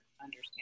understand